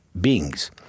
beings